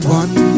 one